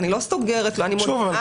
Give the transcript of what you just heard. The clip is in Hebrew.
אני לא סוגרת לו, אני מודיעה לו.